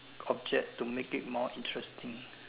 object to make it more interesting